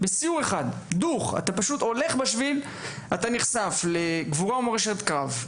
ובסיור אחד שם אתה הולך בשביל ונחשף לסיפורים של מורשת קרב,